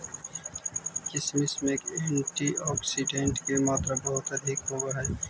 किशमिश में एंटीऑक्सीडेंट के मात्रा बहुत अधिक होवऽ हइ